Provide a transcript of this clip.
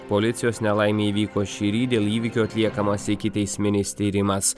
policijos nelaimė įvyko šįryt dėl įvykio atliekamas ikiteisminis tyrimas